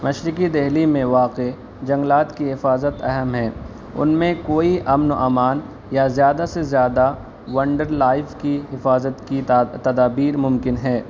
مشرقی دلی میں واقع جنگلات کی حفاظت اہم ہے ان میں کوئی امن و امان یا زیادہ سے زیادہ ونڈر لائف کی حفاظت کی تدابیر ممکن ہے